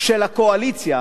של הקואליציה